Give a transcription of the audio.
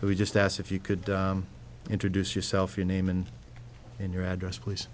so we just asked if you could introduce yourself your name and your address please